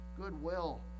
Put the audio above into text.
goodwill